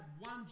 one